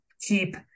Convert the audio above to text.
keep